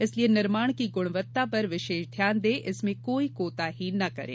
इसलिये निर्माण की गुणवत्ता पर विशेष ध्यान दें इसमें कोई कोताही न करें